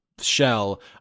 shell